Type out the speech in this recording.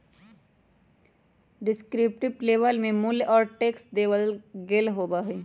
descriptive label में मूल्य और टैक्स देवल गयल होबा हई